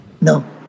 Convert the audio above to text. No